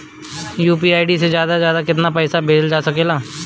UPI से ज्यादा से ज्यादा केतना पईसा भेजल जा सकेला?